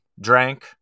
drank